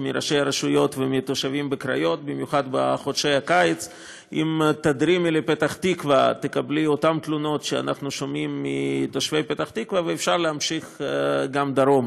בבקשה, אדוני.